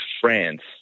France